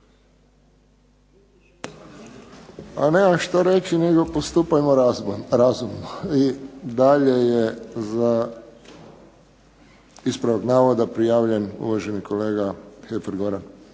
A nemam što reći, nego postupajmo razumno. I dalje je za ispravak navoda prijavljen uvaženi kolega Heffer